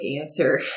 answer